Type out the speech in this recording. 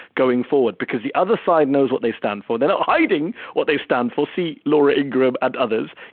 going forward, because the other side knows what they stand for. they're not hiding what they stand for. see laura ingraham and others.